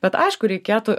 bet aišku reikėtų